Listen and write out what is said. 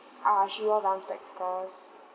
uh she wear round spectacles